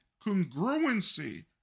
congruency